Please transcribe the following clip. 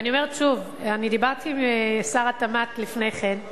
ושוב, דיברתי עם שר התמ"ת לפני כן.